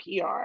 PR